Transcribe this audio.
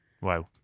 Wow